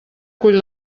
cull